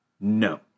No